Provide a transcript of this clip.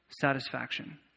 Satisfaction